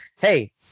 Hey